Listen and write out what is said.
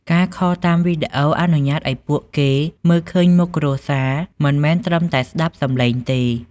ការខលតាមវីដេអូអនុញ្ញាតឲ្យពួកគេមើលឃើញមុខគ្រួសារ មិនមែនត្រឹមតែស្តាប់សំឡេងទេ។